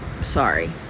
Sorry